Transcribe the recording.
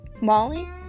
Molly